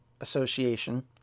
association